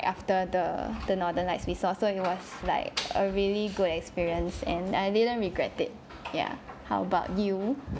after the the northern lights we saw so it was like a really good experience and I didn't regret it yeah how about you